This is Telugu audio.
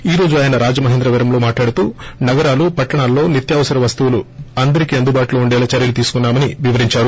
ఈ రోజు ఆయన రాజమహేంద్రవరంలో మాట్లాడుతూ నగరాలు పట్టణాల్లో నిత్యావసర వస్తువులు అందరికీ అందుబాటులో ఉండేలా చర్యలు తీసుకున్నా మని వివరించారు